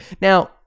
now